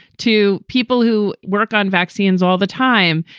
to people who work on vaccines all the time,